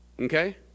Okay